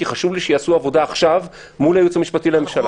כי חשוב לי שיעשו עבודה עכשיו מול הייעוץ המשפטי לממשלה.